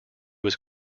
was